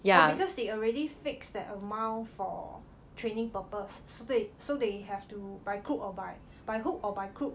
oh because they already fix that amount for training purpose so they so they have to by crook or by by hook or by crook